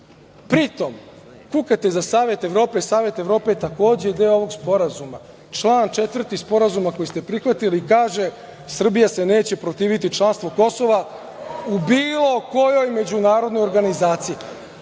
drugo. Pritom kukate za Savet Evrope. Savet Evrope je takođe deo ovog sporazuma, član 4. sporazuma koji ste prihvatili kaže – Srbija se neće protiviti članstvu Kosova u bilo kojoj međunarodnoj organizaciji,